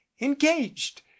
engaged